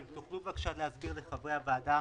האם תוכלו בבקשה להסביר לחברי הוועדה